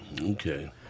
Okay